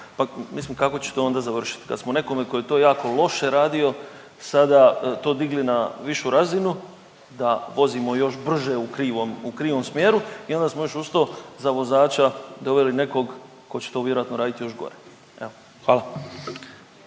Pa mislim kako će to onda završit kad smo nekome ko je to jako loše radio sada to digli na višu razinu da vozimo još brže u krivom, u krivom smjeru i onda smo još uz to za vozača doveli nekog ko će to vjerojatno radit još gore, jel?